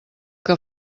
que